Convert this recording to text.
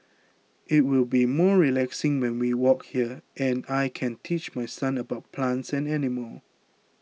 it will be more relaxing when we walk here and I can teach my son about plants and animals